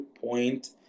point